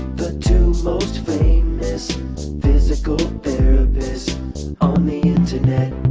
the two most famous physical therapists on the internet